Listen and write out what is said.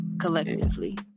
collectively